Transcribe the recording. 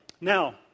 Now